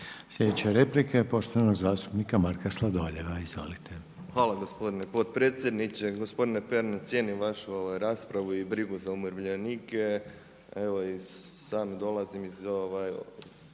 Slijedeća replika je poštovanog zastupnika Marka Sladoljeva. Izvolite. **Sladoljev, Marko (MOST)** Hvala gospodine potpredsjedniče. Gospodine Pernar, cijenim vašu raspravu i brigu za umirovljenike, evo i sam dolazim iz